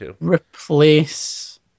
replace